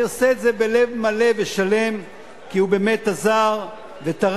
אני עושה את זה בלב מלא ושלם כי הוא באמת עזר וטרח,